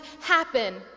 happen